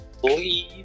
believe